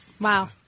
Wow